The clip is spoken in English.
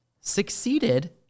succeeded